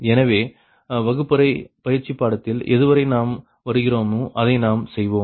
எனவே வகுப்பறை பயிற்சிப்பாடத்தில் எதுவரை நாம் வருகிறோமோ அதை நாம் செய்வோம்